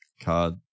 card